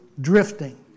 drifting